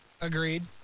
Agreed